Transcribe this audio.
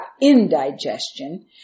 indigestion